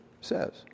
says